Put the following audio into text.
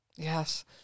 Yes